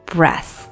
Breath